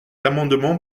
amendement